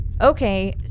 Okay